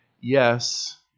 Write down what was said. Yes